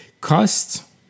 Cost